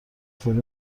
فوری